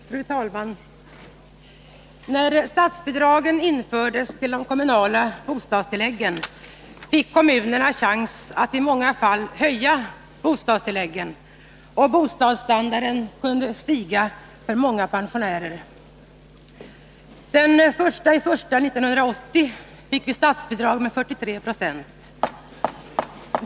Fru talman! När statsbidragen till de kommunala bostadstilläggen infördes fick kommunerna chans att i många fall höja bostadstilläggen, och bostadsstandarden kunde stiga för många pensionärer. Den 1 januari 1980 infördes statsbidrag med 43 20.